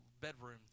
bedroom